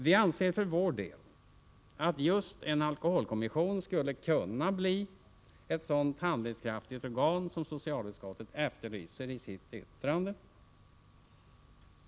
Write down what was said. Vi anser för vår del att just en alkoholkommission skulle kunna bli ett sådant handlingskraftigt organ som socialutskottet efterlyser i sitt yttrande.